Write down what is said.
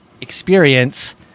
experience